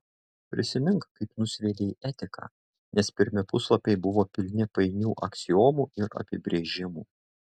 prisimink kaip nusviedei etiką nes pirmi puslapiai buvo pilni painių aksiomų ir apibrėžimų